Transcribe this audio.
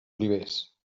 oliveres